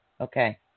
Okay